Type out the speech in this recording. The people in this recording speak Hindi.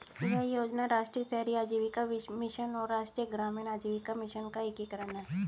यह योजना राष्ट्रीय शहरी आजीविका मिशन और राष्ट्रीय ग्रामीण आजीविका मिशन का एकीकरण है